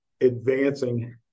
advancing